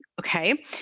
Okay